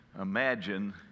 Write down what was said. imagine